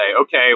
okay